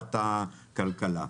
ועדת הכלכלה.